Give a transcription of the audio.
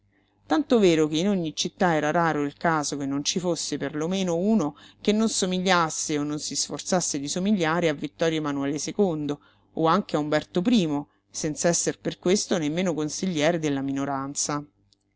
tanto vero che in ogni città era raro il caso che non ci fosse per lo meno uno che non somigliasse o non si sforzasse di somigliare a ittorio manuele o anche a umberto i senz'esser per questo nemmeno consigliere della minoranza